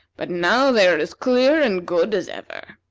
but now they are as clear and good as ever.